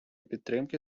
підтримки